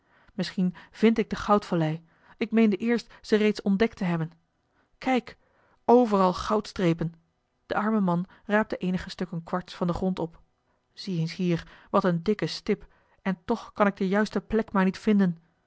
misschien vind ik de goudvallei ik meende eerst ze reeds ontdekt te hebben kijk overal goudstrepen de arme man raapte eenige stukken kwarts van den grond op zie eens hier wat eene dikke stip en toch kan ik de juiste plek maar niet vinden